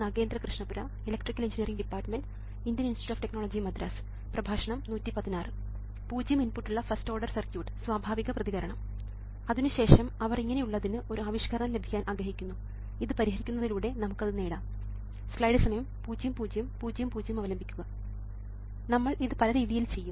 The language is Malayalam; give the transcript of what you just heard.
നമ്മൾ ഇത് പല രീതിയിൽ ചെയ്യും